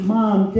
Mom